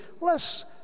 less